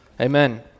amen